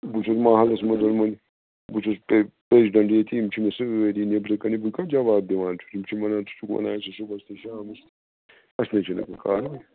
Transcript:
بہٕ چھُس محلَس منٛز ؤنۍ بہٕ چھُس پٕرزِڈَنٹ ییٚتہِ یِم چھِ مےٚ سٲری نیٚبرٕکَنہِ بہٕ کیٛاہ جواب دِوان چھُس یِم چھِ وَنان ژٕ چھُکھ وَنان صُبحَس تہِ شامَس اَسہِ نِش ۂے کانٛہہ آوٕے